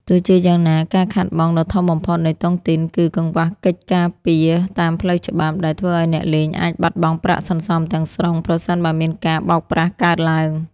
ទោះជាយ៉ាងណា ការខាតបង់ដ៏ធំបំផុតនៃតុងទីនគឺ "កង្វះកិច្ចការពារតាមផ្លូវច្បាប់" ដែលធ្វើឱ្យអ្នកលេងអាចបាត់បង់ប្រាក់សន្សំទាំងស្រុង ប្រសិនបើមានការបោកប្រាស់កើតឡើង។